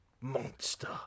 monster